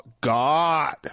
God